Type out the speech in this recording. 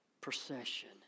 procession